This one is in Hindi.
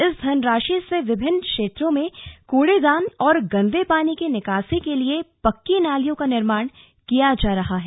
इस धनराशि से विभिन्न क्षेत्रों में कूड़ादान गंदे पानी की निकासी के लिए पक्की नालियों का निर्माण किया जा रहा है